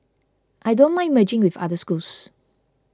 I don't mind merging with other schools